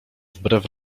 wbrew